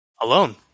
alone